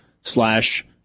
slash